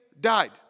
died